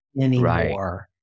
anymore